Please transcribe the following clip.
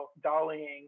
dollying